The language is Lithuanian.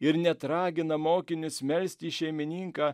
ir net ragina mokinius melsti šeimininką